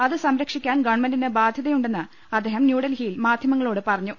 അത് സംരക്ഷിക്കാൻ ഗവൺമെന്റിന് ബാധൃത്യുണ്ടെന്ന് അദ്ദേഹം ന്യൂഡൽഹിയിൽ മാധൃമ ങ്ങളോട് പറഞ്ഞു